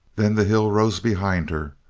then the hill rose behind her,